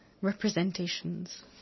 representations